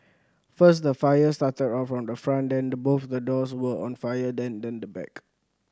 first the fire started of on the front then both the doors were on fire then then the back